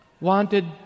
wanted